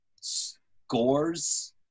scores